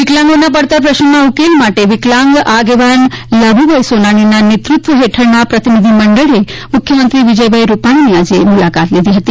વિકલાંગોના પડતર પ્રશ્નોના ઉકેલ માટે વિકલાંગ આગેવાન લાભુભાઈ સોનાણીના નેત્રત્વ હેઠળના પ્રતિનિધિમંડળે મુખ્યમંત્રી વિજય રૂપાણીની મુલાકાત લીધી હતી